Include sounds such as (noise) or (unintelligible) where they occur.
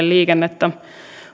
(unintelligible) liikennettä